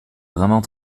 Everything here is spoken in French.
vraiment